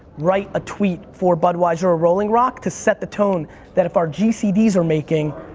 write a tweet for budweiser or rolling rock to set the tone that if our gcds are making,